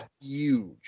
huge